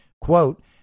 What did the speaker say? quote